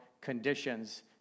conditions